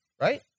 Right